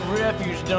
refuge